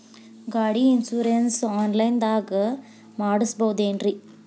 ಗಾಡಿ insurance online ದಾಗ ಮಾಡಸ್ಬಹುದೆನ್ರಿ?